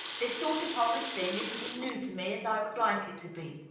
this sort of horrid thing isn't as new to me as i would like it to be.